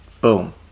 boom